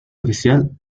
oficial